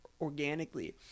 organically